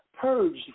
purged